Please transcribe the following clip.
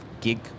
gig